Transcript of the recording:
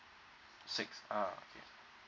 six ah okay